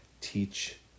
teach